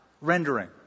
rendering